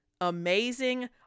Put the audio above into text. amazing